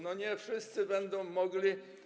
Nie wszyscy będą mogli.